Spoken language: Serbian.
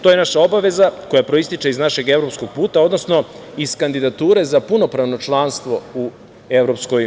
To je naša obaveza koja proističe iz našeg evropskog puta, odnosno iz kandidature za punopravno članstvo u EU.